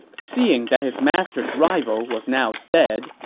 seeing that his master's rival was now dead,